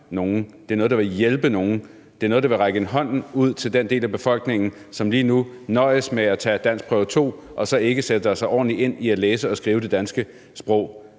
nogen. Det er noget, der vil hjælpe nogle. Det er noget, der vil række en hånd ud til den del af befolkningen, som lige nu nøjes med at tage danskprøve 2 og så ikke sætter sig ordentligt ind i at læse og skrive det danske sprog.